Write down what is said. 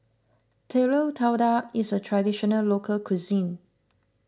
Telur Dadah is a Traditional Local Cuisine